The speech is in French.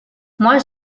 moi